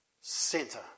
center